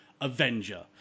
Avenger